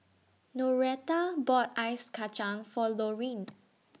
Noreta bought Ice Kacang For Loreen